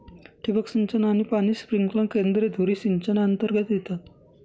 ठिबक सिंचन आणि पाणी स्प्रिंकलर केंद्रे धुरी सिंचनातर्गत येतात